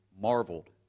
marveled